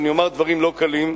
ואני אומר דברים לא קלים,